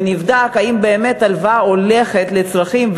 ונבדק אם באמת ההלוואה הולכת לצרכים,